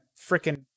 freaking